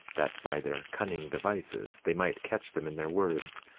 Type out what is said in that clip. that by their cunning devices they might catch them in their words,